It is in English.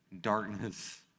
darkness